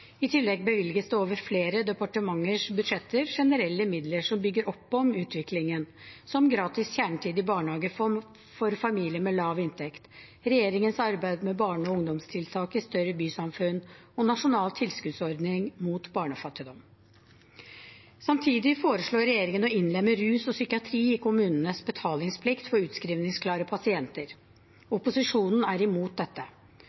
I tillegg bevilges det over flere departementers budsjetter generelle midler som bygger opp om utviklingen – som gratis kjernetid i barnehage for familier med lav inntekt, regjeringens arbeid med barne- og ungdomstiltak i større bysamfunn og Nasjonal tilskuddsordning mot barnefattigdom. Samtidig foreslår regjeringen å innlemme rus og psykiatri i kommunenes betalingsplikt for utskrivningsklare pasienter. Opposisjonen er imot dette.